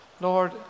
Lord